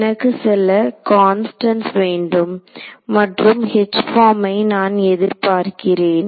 எனக்கு சில கான்ஃபிடன்ஸ் வேண்டும் மற்றும் H பார்மை நான் எதிர்பார்க்கிறேன்